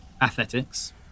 athletics